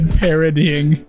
parodying